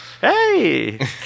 hey